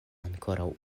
ankoraŭ